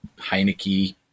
heineke